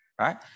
right